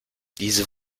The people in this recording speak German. diese